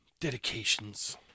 Dedications